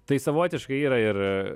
tai savotiškai yra ir